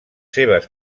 seves